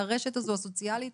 לרשת הזו הסוציאלית